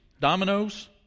dominoes